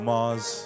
Mars